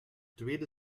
tweede